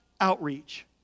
outreach